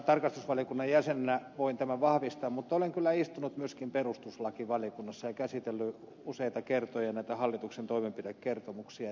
tarkastusvaliokunnan jäsenenä voin tämän vahvistaa mutta olen kyllä istunut myöskin perustuslakivaliokunnassa ja käsitellyt useita kertoja näitä hallituksen toimenpidekertomuksia